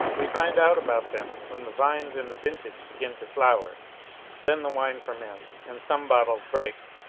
we find out about them when the vines in the vintage begin to flower then the wine ferments and some bottles break.